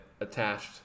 attached